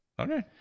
Okay